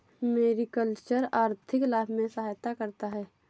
mariculture आर्थिक लाभ में सहायता करता है